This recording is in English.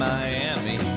Miami